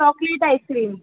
chocolate icecream